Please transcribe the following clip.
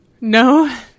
No